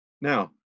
Now